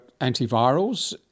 antivirals